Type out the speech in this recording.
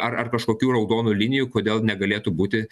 ar ar kažkokių raudonų linijų kodėl negalėtų būti